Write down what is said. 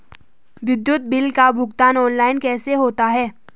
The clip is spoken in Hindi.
विद्युत बिल का भुगतान ऑनलाइन कैसे होता है?